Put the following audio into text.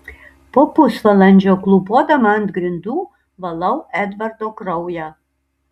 po pusvalandžio klūpodama ant grindų valau edvardo kraują